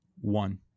one